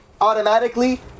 automatically